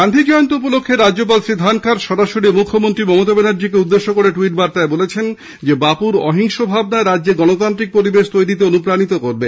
গান্ধী জয়ন্তী উপলক্ষে রাজ্যপাল শ্রী ধনখড় সরাসরি মুখ্যমন্ত্রী মমতা ব্যানার্জীকে উদ্দেশ্য করে ট্যুইট বার্তায় বলেছেন বাপুর অহিংসা ভাবনা রাজ্যে গণতান্ত্রিক পরিবেশ তৈরিতে অনুপ্রাণিত করবে